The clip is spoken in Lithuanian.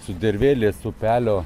sudervėlės upelio